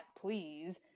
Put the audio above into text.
please